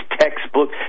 textbook